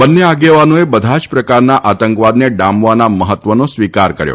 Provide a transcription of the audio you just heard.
બન્ન આગલ્વાનોએ બધા પ્રકારના આતંકવાદન ડામવાના મહત્વનો સ્વીકાર કર્યો